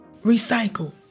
Recycle